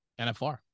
NFR